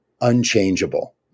unchangeable